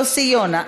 יוסי יונה,